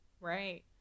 Right